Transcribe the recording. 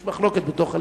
יש מחלוקת בתוך הליכוד.